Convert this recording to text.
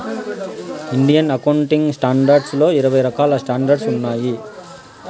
Indian accounting standards లో ఇరవై రకాల స్టాండర్డ్స్ ఉన్నాయి